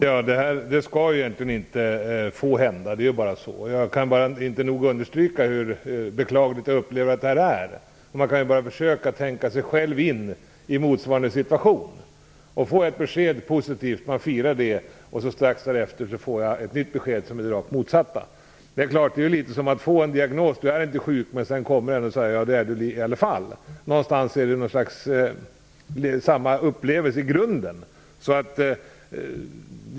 Herr talman! Det skall egentligen inte få hända. Det är bara så. Jag kan inte nog understryka hur beklagligt jag upplever att detta är. Man kan försöka tänka sig in i motsvarande situation. Man får ett positivt besked som man firar och strax därefter får man ett nytt besked som är det rakt motsatta. Det är litet som att få en diagnos som säger: Du är inte sjuk. Sedan kommer någon och säger: Du är sjuk i alla fall. På något sätt är det samma upplevelse.